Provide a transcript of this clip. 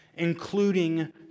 including